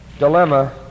dilemma